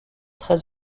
très